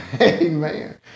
Amen